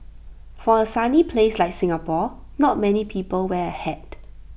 for A sunny place like Singapore not many people wear A hat